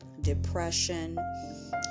depression